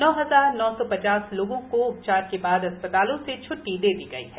नौ हजार नौ सौ पचास लोगो को उपचार के बाद अस्पतालो से छुट्टी दे दी गई है